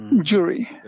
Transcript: jury